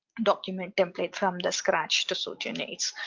document template from the scratch to suit your needs.